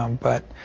um but,